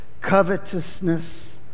covetousness